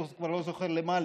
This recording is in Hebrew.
אני כבר לא זוכר למה,